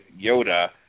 Yoda